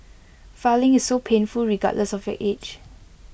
filing is so painful regardless of your age